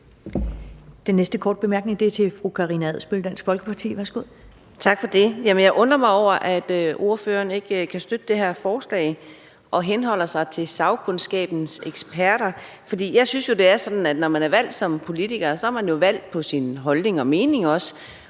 Jeg undrer mig over, at ordføreren ikke kan støtte det her forslag og henholder sig til sagkundskaben og eksperter, for jeg synes jo, det er sådan, at når man er valgt som politiker, er man også valgt på sine holdninger og meninger,